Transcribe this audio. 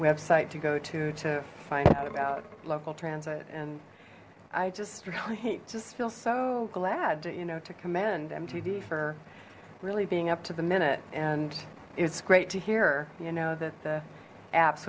website to go to to find out about local transit and i just really just feel so glad you know to commend mtd for really being up to the minute and it's great to hear you know that the a